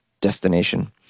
destination